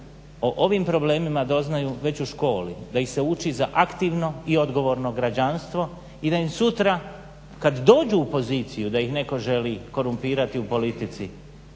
u ovim problemima doznaju već u školi, da ih se uči za aktivno i odgovorno građanstvo, i da im sutra kad dođu u opoziciju da im netko želi korumpirati u politici